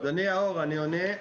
אדוני היושב-ראש, אני עונה.